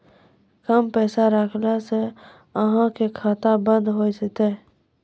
कम पैसा रखला से अहाँ के खाता बंद हो जैतै?